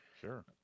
Sure